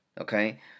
Okay